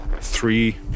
three